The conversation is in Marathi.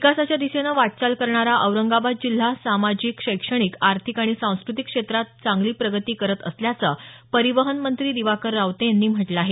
विकासाच्या दिशेनं वाटचाल करणारा औरंगाबाद जिल्हा सामाजिक शैक्षणिक आर्थिक आणि सांस्कृतिक क्षेत्रात चांगली प्रगती करत असल्याचं परिवहन मंत्री दिवाकर रावते यांनी म्हटलं आहे